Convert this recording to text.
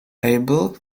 able